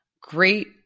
great